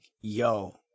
Yo